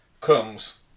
comes